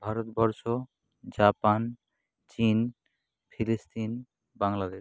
Bharatvarsha Japan চীন ফিলিস্তিন বাংলাদেশ